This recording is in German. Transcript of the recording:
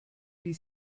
wie